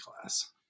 class